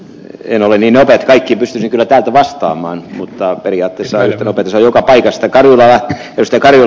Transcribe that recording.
en ole niin hyvät kaikki pystyisi kyllä täältä vastaamaan mutta periaatteessa en ota selvää kaikesta kadulle ja puistokadun